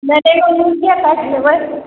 नहि तऽ एगो मुर्गे काटि लेबै